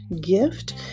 gift